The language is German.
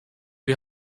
wir